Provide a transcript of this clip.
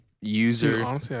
User